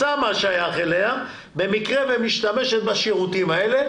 במקרה ומשתמשת בשירותים האלה,